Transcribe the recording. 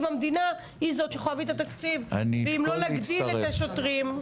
המדינה היא זאת שיכולה להביא את התקציב להגדיל את השוטרים,